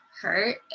hurt